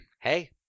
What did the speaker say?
Hey